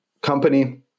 company